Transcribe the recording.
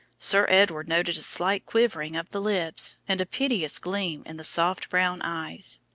sir edward noted a slight quivering of the lips, and a piteous gleam in the soft brown eyes.